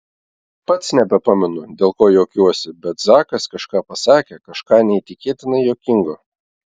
pats nebepamenu dėl ko juokiuosi bet zakas kažką pasakė kažką neįtikėtinai juokingo